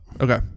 okay